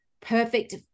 perfect